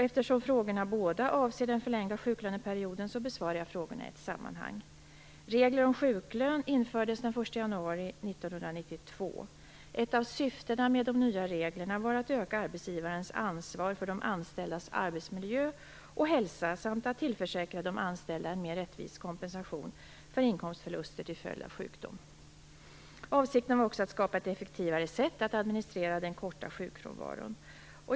Eftersom frågorna båda avser den förlängda sjuklöneperioden besvarar jag frågorna i ett sammanhang. Regler om sjuklön infördes den 1 januari 1992. Ett av syftena med de nya reglerna var att öka arbetsgivarens ansvar för de anställdas arbetsmiljö och hälsa samt att tillförsäkra de anställda en mer rättvis kompensation för inkomstförluster till följd av sjukdom. Avsikten var också att skapa ett effektivare sätt att administrera den korta sjukfrånvaron.